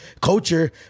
culture